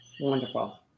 Wonderful